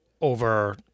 over